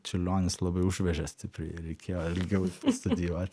čiurlionis labai užvežė stipriai reikėjo ilgiau išstudijuoti